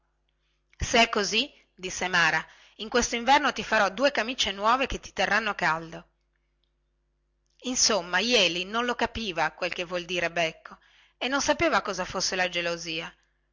se è così disse mara in questo inverno ti farò due camicie nuove che ti terranno caldo insomma jeli non lo capiva quello che vuol dire becco e non sapeva cosa fosse la gelosia